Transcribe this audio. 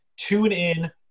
TuneIn